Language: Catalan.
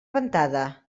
ventada